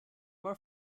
more